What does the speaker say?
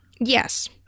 Yes